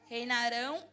Reinarão